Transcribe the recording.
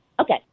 okay